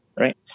Right